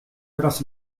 wraz